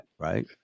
right